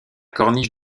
corniche